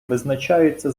визначаються